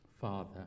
Father